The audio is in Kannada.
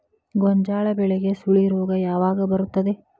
ಗೋಂಜಾಳ ಬೆಳೆಗೆ ಸುಳಿ ರೋಗ ಯಾವಾಗ ಬರುತ್ತದೆ?